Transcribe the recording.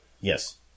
Yes